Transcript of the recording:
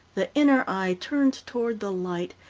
the inner eye turned toward the light,